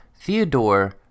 Theodore